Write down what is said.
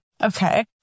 Okay